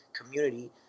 community